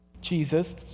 Jesus